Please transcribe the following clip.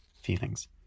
feelings